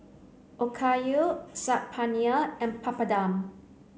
Okayu Saag Paneer and Papadum